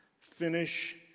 finish